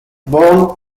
born